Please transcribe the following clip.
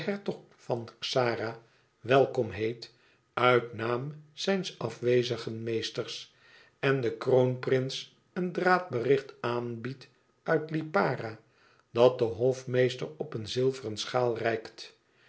van xara welkom heet uit naam zijns afwezigen meesters en den kroonprins een draadbericht aanbiedt uit lipara dat de hofmeester op een zilveren schaal reikt